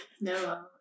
No